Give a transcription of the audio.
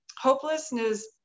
hopelessness